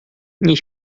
nie